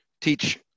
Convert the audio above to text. teach